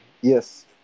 Yes